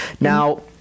Now